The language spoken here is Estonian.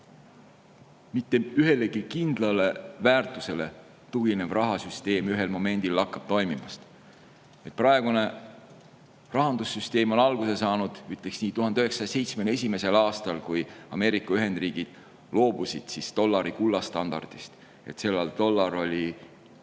mitte ühelegi kindlale väärtusele tuginev rahasüsteem ühel momendil lakkab toimimast. Praegune rahandussüsteem on alguse saanud, ma ütleksin, 1971. aastal, kui Ameerika Ühendriigid loobusid dollari kullastandardist. Sel ajal